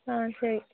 ಹಾಂ ಸರಿ